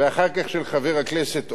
ואחר כך של חבר הכנסת אורלב,